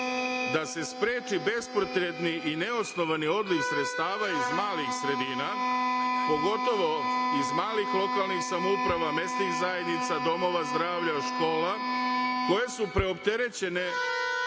da se spreči bespotrebni i neosnovani odliv sredstava iz malih sredina, pogotovo iz malih lokalnih samouprava, mesnih zajednica, domova zdravlja, škola koje su preopterećene